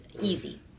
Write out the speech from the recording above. easy